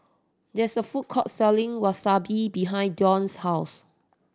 there is a food court selling Wasabi behind Don's house